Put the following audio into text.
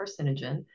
carcinogen